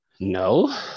No